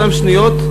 באותן שניות,